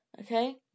Okay